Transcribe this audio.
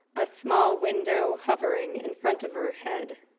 a small window hovering in front of her head.